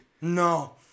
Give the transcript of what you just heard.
no